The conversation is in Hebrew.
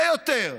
ויותר.